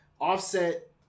Offset